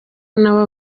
nabo